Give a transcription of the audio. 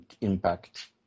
Impact